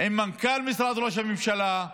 עם מנכ"ל משרד ראש הממשלה,